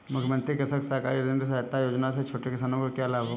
मुख्यमंत्री कृषक सहकारी ऋण सहायता योजना से छोटे किसानों को क्या लाभ होगा?